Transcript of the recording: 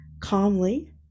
calmly